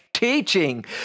Teaching